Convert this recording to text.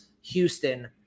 Houston